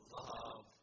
love